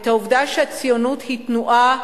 את העובדה שהציונות היא תנועה,